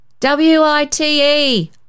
W-I-T-E